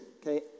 okay